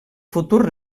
futur